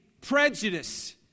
prejudice